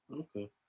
Okay